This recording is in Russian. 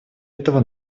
этого